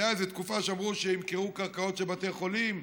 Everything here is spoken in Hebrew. הייתה איזה תקופה שאמרו שימכרו קרקעות של בתי חולים.